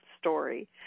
story